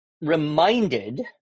reminded